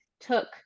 took